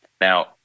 Now